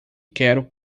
quero